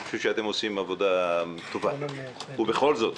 אני חושב שאתם עושים עבודה משובחת, ובכל זאת,